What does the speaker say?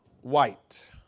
white